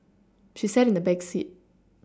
she sat in the back seat